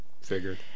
Figured